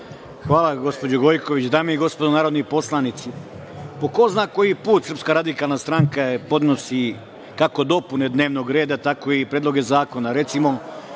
Hvala gospođo Gojković. Dame i gospodo narodni poslanici, po ko zna koji put SRS podnosi kako dopune dnevnog reda, tako i predloge zakona,